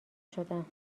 شدم